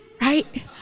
right